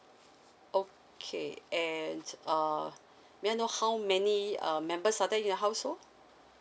okay and uh may I know how many uh members are there in your household